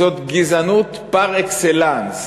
זאת גזענות פר-אקסלנס,